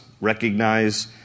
recognize